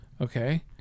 okay